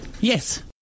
Yes